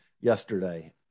yesterday